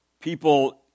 people